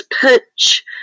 pitch